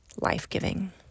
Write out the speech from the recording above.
life-giving